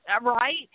Right